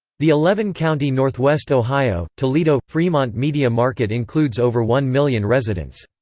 the eleven-county northwest ohio toledo fremont media market includes over one million residents.